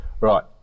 Right